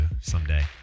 someday